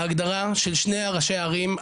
ההגדרה של שני ראשי הערים,